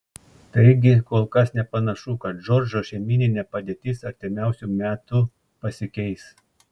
taigi kol kas nepanašu kad džordžo šeimyninė padėtis artimiausiu metu pasikeis